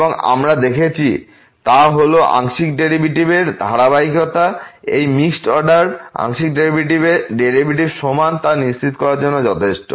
এবং আমরা যা দেখেছি তা হল আংশিক ডেরিভেটিভের ধারাবাহিকতা এই দুটি মিক্সড অর্ডার আংশিক ডেরিভেটিভস সমান তা নিশ্চিত করার জন্য যথেষ্ট